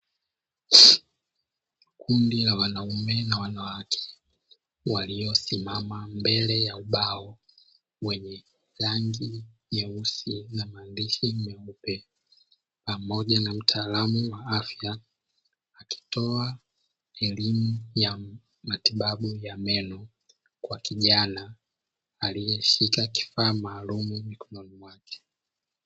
Makundi ya wanaume na wanawake waliosimama mbele ya ubao wenye rangi nyeusi na maandishi meupe, pamoja na mtaalamu wa afya akitoa elimu ya matibabu ya meno kwa kijana aliyeshika kifaa maalumu mkononi mwake.